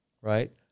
right